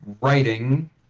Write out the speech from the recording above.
writing